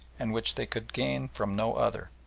and which they could gain from no other.